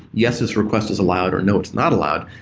yes, this request is allowed, or no, it's not allowed,